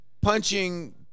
punching